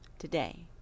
today